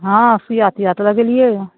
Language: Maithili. हँ सुइया तुइया तऽ लगेलियै यऽ